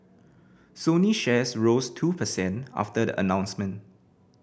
Sony shares rose two per cent after the announcement